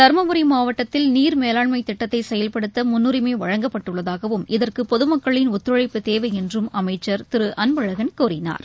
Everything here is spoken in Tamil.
தருமபுரி மாவட்டத்தில் நீர் மேலாண்மை திட்டத்தை செயல்படுத்த முன்னூரிமை வழங்கப்பட்டுள்ளதாகவும் இதற்கு பொதுமக்களின் ஒத்துழைப்புத் தேவை என்றும் அமைச்சர் திரு அன்பழகன் கூறினார்